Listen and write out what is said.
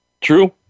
True